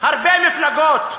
הרבה מפלגות,